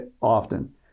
often